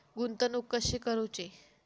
गुंतवणूक कशी करूची?